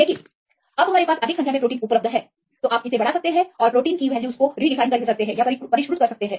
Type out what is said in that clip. लेकिन अब हमारे पास अधिक संख्या में प्रोटीन उपलब्ध हैं आप इसे बढ़ा सकते हैं और आप मूल्यों को परिष्कृत कर सकते हैं